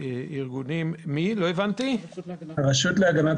הרשות להגנת